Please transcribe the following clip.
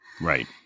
Right